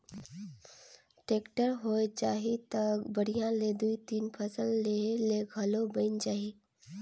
tractor होए जाही त बड़िहा ले दुइ तीन फसल लेहे ले घलो बइन जाही